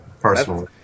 personally